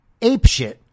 apeshit